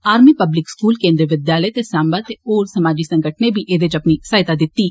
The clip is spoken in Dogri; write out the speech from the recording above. army public school Kendriya Vidyalaya ते साम्बा दे होर समाजी संगठने बी एह्दे च अपनी सहायता दित्ती ऐ